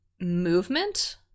movement